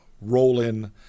roll-in